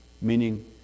Meaning